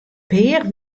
pear